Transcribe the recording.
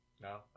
No